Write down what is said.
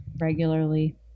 regularly